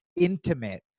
intimate